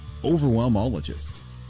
overwhelmologist